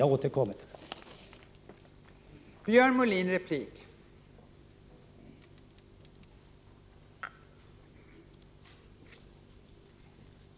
Jag återkommer till detta senare.